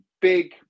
big